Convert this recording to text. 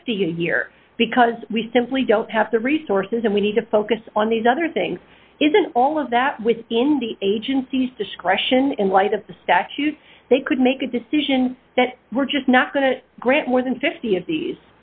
fifty here because we simply don't have the resources and we need to focus on these other things isn't all of that within the agency's discretion in light of the statute they could make a decision that we're just not going to grant more than fifty of these